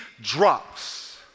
drops